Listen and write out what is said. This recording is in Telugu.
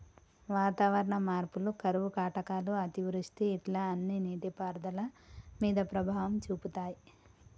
వాతావరణ మార్పులు కరువు కాటకాలు అతివృష్టి ఇట్లా అన్ని నీటి పారుదల మీద ప్రభావం చూపితాయ్